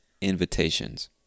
invitations